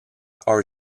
are